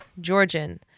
Georgian